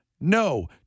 No